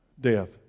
Death